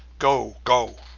go, go.